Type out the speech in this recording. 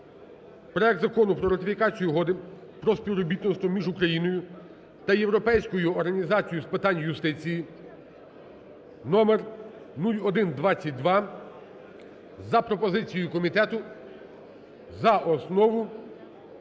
Проект Закону про ратифікацію Угоди про співробітництво між Україною та Європейською організацією з питань юстиції (№ 0122) за пропозицією комітету за основу